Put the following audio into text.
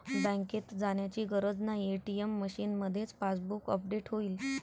बँकेत जाण्याची गरज नाही, ए.टी.एम मशीनमध्येच पासबुक अपडेट होईल